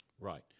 Right